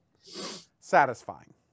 satisfying